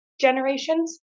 generations